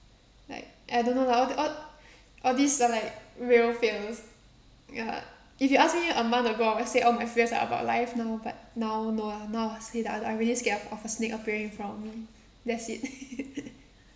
like I don't know lah all th~ all these are like real fears ya if you ask me a month ago I would say oh my fears are about life now but now no lah now I I I really scared of a snake appearing from that's it